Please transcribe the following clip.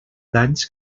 danys